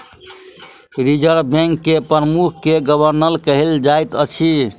reserve bank के प्रमुख के गवर्नर कहल जाइत अछि